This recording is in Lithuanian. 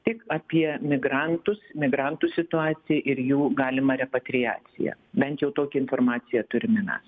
tik apie migrantus migrantų situaciją ir jų galimą repatriaciją bent jau tokią informaciją turime mes